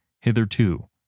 hitherto